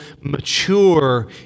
mature